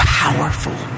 powerful